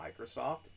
Microsoft